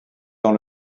dans